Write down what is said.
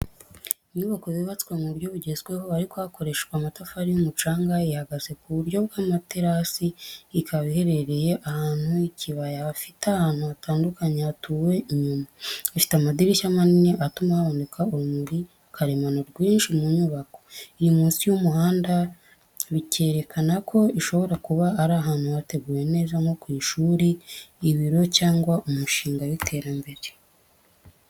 Inyubako yubatswe mu buryo bugezweho ariko hakoreshejwe amatafari y’umucanga ihagaze ku buryo bw'amaterasi, ikaba iherereye ahantu h'ikibaya hafite ahantu hatandukanye hatuwe inyuma. Ifite amadirishya manini atuma haboneka urumuri karemano rwinshi mu nyubako. Iri munsi y’umuhanda bikerekana ko ishobora kuba iri ahantu hateguwe neza nko ku ishuri, ibiro cyangwa umushinga w’iterambere.